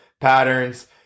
patterns